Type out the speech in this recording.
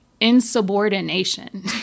insubordination